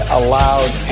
allowed